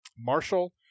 Marshall